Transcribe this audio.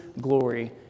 glory